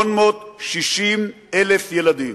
860,000 ילדים.